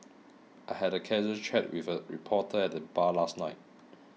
I had a casual chat with a reporter at the bar last night